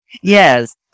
yes